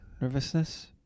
Nervousness